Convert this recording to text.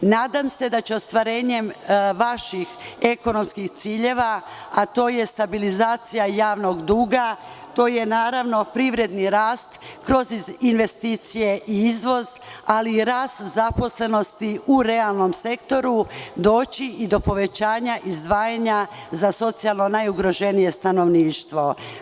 Nadam se da će ostvarenjem vaših ekonomskih ciljeva, a to je stabilizacija javnog duga, to je privredni rast kroz investicije i izvoz, ali i rast zaposlenosti u realnom sektoru, doći i do povećanja izdvajanja za socijalno najugroženije stanovništvo.